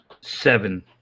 Seven